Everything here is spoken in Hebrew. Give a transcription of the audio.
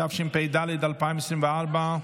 התשפ"ד 2024,